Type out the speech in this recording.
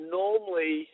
normally